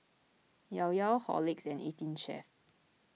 Llao Llao Horlicks and eighteen Chef